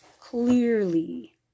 Clearly